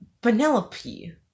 Penelope